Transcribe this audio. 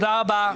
תודה רבה.